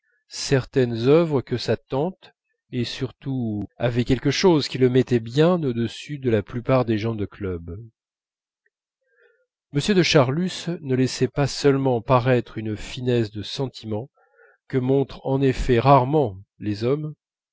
certaines œuvres que sa tante et surtout avait quelque chose qui le mettait bien au-dessus de la plupart des gens du club m de charlus ne laissait pas seulement paraître une finesse de sentiment que montrent en effet rarement les hommes